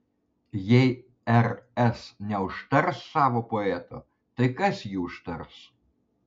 jei rs neužtars savo poeto tai kas jį užtars